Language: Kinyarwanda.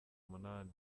munani